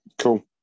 Cool